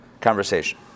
conversation